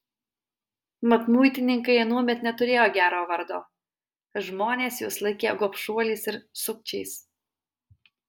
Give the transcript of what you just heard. mat muitininkai anuomet neturėjo gero vardo žmonės juos laikė gobšuoliais ir sukčiais